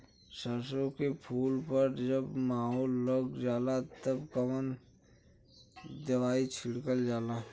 सरसो के फूल पर जब माहो लग जाला तब कवन दवाई छिड़कल जाला?